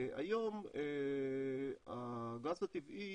היום הגז הטבעי,